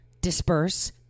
disperse